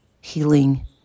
healing